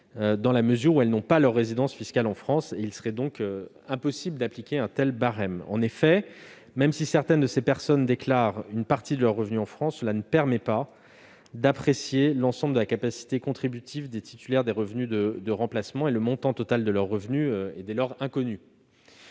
dans la mesure où elles n'ont pas leur résidence fiscale en France. Il serait donc impossible d'appliquer un tel barème. En effet, même si certaines d'entre elles déclarent une partie de leurs revenus en France, cela ne permet pas d'apprécier l'ensemble de la capacité contributive des titulaires des revenus de remplacement. Dès lors, le montant total de leurs revenus est inconnu.